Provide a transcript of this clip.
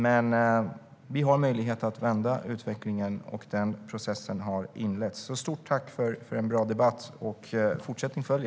Men vi har möjlighet att vända utvecklingen, och den processen har inletts. Stort tack för en bra debatt! Fortsättning följer.